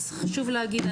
אז חשוב להגיד,